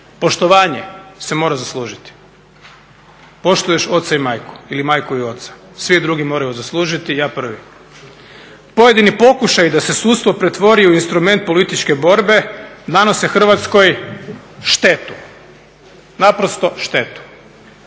Poštovanje se mora zaslužiti. Poštuješ oca i majku ili majku i oca, svi drugi moraju zaslužiti. Ja prvi. Pojedini pokušaji da se sudstvo pretvori u instrument političke borbe nanose Hrvatskoj štetu, naprosto štetu.